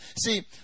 See